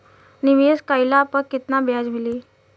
निवेश काइला पर कितना ब्याज मिली?